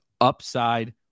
upside